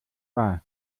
war